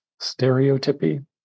stereotypy